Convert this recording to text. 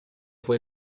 fue